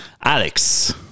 Alex